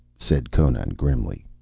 said conan grimly.